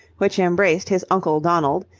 which embraced his uncle donald,